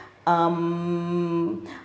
um